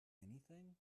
anything